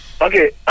Okay